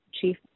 Chief